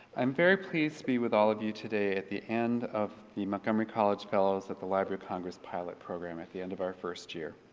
i'm very pleased to be with all of you today at the end of the montgomery college fellows at the library of congress pilot program at the end of our first year.